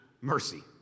Mercy